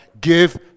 give